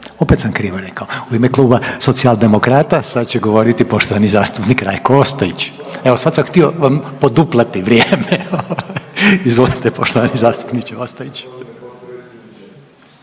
opet sam krivo rekao, u ime Kluba Socijaldemokrata sad će govoriti poštovani zastupnik Rajko Ostojić. Evo sad sam htio vam poduplati vrijeme, izvolite poštovani zastupniče Ostojić.